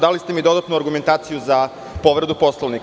Dali ste mi dodatnu argumentaciju za povredu Poslovnika.